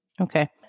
Okay